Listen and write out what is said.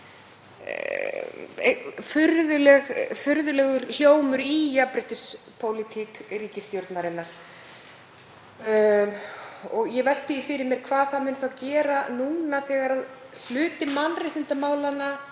furðulegur hljómur í jafnréttispólitík ríkisstjórnarinnar. Ég velti því fyrir mér hvað muni þá gerast núna þegar hluti mannréttindamálanna